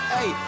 Hey